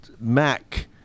Mac